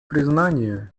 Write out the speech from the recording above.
признанию